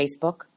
Facebook